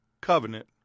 covenant